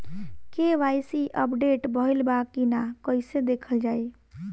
KYC update भइल बा कि ना कइसे देखल जाइ?